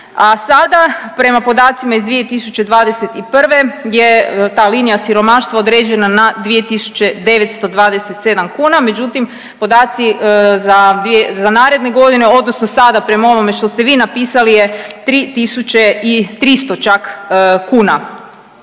a sada prema podacima iz 2021. je ta linija siromaštva određena na 2.927 kuna, međutim podaci za dvije, za naredne godine odnosno sada prema ovome što ste vi napisali je 3.300 kuna.